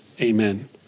amen